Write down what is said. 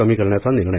कमी करण्याचा निर्णय